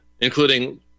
including